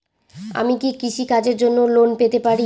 আমি কি কৃষি কাজের জন্য লোন পেতে পারি?